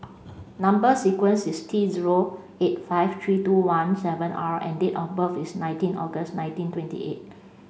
number sequence is T zero eight five three twenty one seven R and date of birth is nineteen August nineteen twenty eight